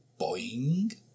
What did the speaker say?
Boing